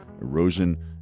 erosion